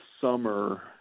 summer